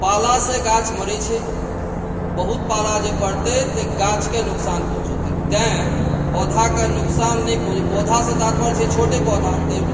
पालासँ गाछ मरै छै बहुत पाला जे पड़तै तऽ गाछके नोकसान पहुँचौते तैँ पौधाके नोकसान नहि पहुँचै पौधासँ तात्पर्य छै छोटे पौधा तऽ